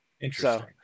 Interesting